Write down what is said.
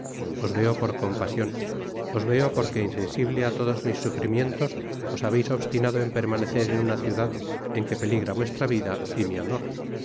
veo por compasion os veo porque insensible á todos mis sufrimientos os habeis obstinado en permanecer en una ciudad en que peligra vuestra vida y mi honor